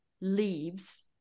leaves –